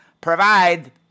provide